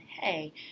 hey